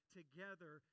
together